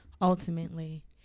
Ultimately